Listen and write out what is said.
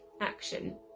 action